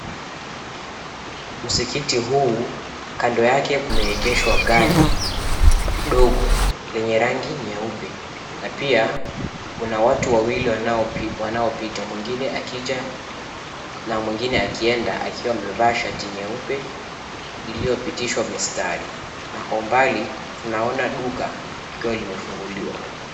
Msikiti huu kando yake kumeegeshwa gari dogo lenye rangi nyeupe na pia kuna watu wawili wanaopita, mwingine akija na mwingine akienda akiwa amevaa shati nyeupe iliyopitishwa mistari na kwa umbali tunaona duka likiwa limefunguliwa.